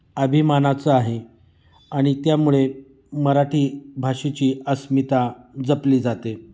अभिमानाचं आहे आणि त्यामुळे मराठी भाषेची अस्मिता जपली जाते